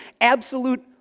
absolute